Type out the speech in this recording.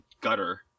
gutter